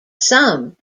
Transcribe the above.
some